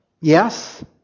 Yes